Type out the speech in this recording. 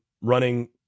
running